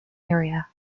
area